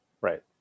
Right